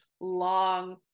long